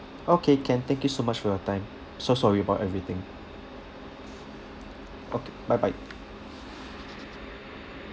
okay can thank you so much for your time so sorry about everything okay bye bye